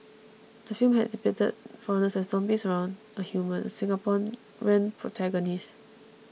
the film had depicted foreigners as zombies around a human Singaporean protagonist